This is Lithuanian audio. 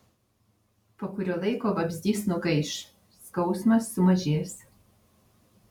po kurio laiko vabzdys nugaiš skausmas sumažės